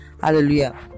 hallelujah